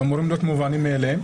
שהם אמורים להיות מובנים מאליהם.